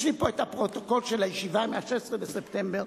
יש לי פה הפרוטוקול של הישיבה מ-16 בספטמבר.